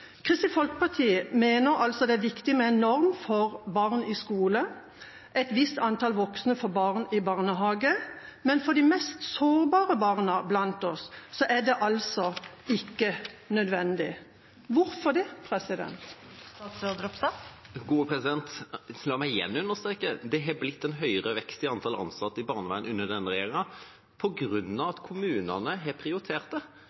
Kristelig Folkeparti mener at det er viktig med en norm for barn i skole og et visst antall voksne for barn i barnehage. Men for de mest sårbare barna blant oss er det altså ikke nødvendig. Hvorfor? La meg igjen understreke at det har blitt en høyere vekst i antall ansatte i barnevernet under denne regjeringa på grunn av at kommunene har prioritert det.